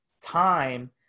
time